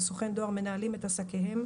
או סוכן דואר מנהלים את עסקיהם,